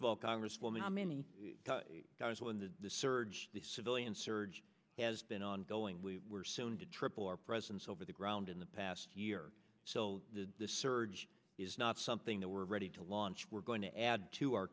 of all congresswoman how many guys were in the surge the civilian surge has been ongoing we were soon to triple our presence over the ground in the past year so the surge is not something that we're ready to launch we're going to add to our